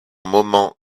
moments